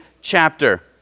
chapter